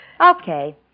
okay